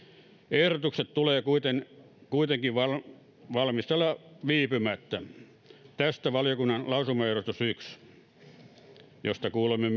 ehdotukset tulee kuitenkin kuitenkin valmistella viipymättä tästä valiokunnan lausumaehdotus yksi josta kuulemme